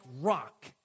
rock